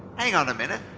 hang on a minute,